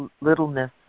littleness